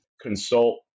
consult